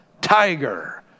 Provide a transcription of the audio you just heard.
tiger